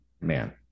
man